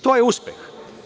To je uspeh.